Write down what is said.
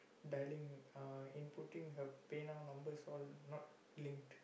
dialling uh inputting her pay-now number is all not linked